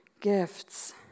gifts